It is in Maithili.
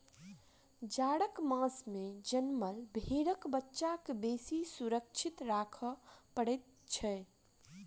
जाड़क मास मे जनमल भेंड़क बच्चा के बेसी सुरक्षित राखय पड़ैत छै